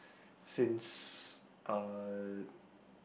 since uh